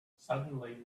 suddenly